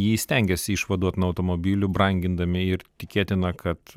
jį stengiasi išvaduoti nuo automobilių brangindami ir tikėtina kad